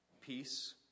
peace